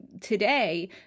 today